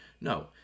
No